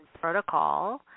protocol